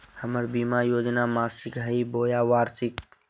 हमर बीमा योजना मासिक हई बोया वार्षिक?